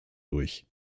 durch